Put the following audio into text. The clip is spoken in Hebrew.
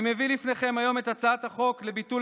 אני מביא לפניכם היום את הצעת החוק לביטול